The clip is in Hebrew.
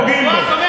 תודה, תודה.